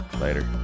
Later